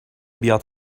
بیاد